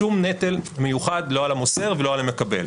שום נטל מיוחד לא על המוסר ולא על המקבל,